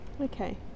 okay